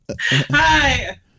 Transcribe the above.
Hi